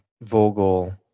Vogel